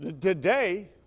today